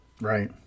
right